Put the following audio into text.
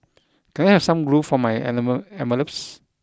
can I have some glue for my animal envelopes